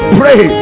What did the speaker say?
pray